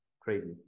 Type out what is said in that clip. crazy